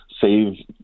save